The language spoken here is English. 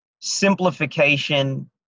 simplification